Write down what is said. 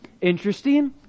interesting